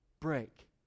break